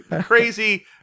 Crazy